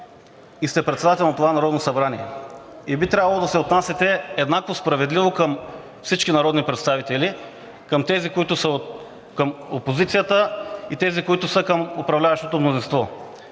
и сте председател на това Народно събрание, и би трябвало да се отнасяте еднакво справедливо към всички народни представители – към тези, които са към опозицията, и тези, които са към управляващото мнозинство.